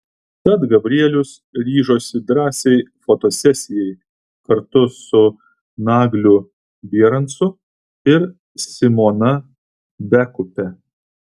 tad gabrielius ryžosi drąsiai fotosesijai kartu su nagliu bierancu ir simona bekupe